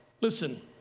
Listen